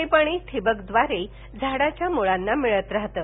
हे पाणी ठिबकद्वारे झाडाच्या मुळांना मिळत राहतं